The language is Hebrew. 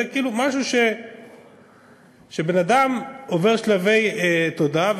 זה כאילו משהו שבן-אדם עובר שלבי תודעה,